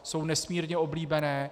Jsou nesmírně oblíbené.